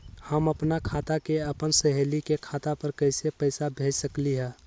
हम अपना खाता से अपन सहेली के खाता पर कइसे पैसा भेज सकली ह?